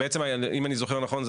אם אני זוכר נכון,